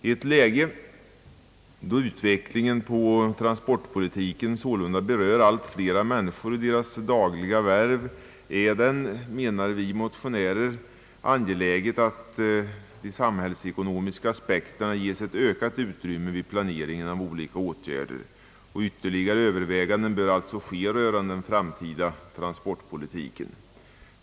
I ett läge då transportpolitikens utveckling sålunda berör allt flera människor i deras dagliga värv är det, menar vi motionärer, angeläget att de samhällsekonomiska aspekterna ges ett ökat utrymme vid planeringen av olika åtgärder. Ytterligare överväganden rörande den framtida transportpolitiken bör alltså ske.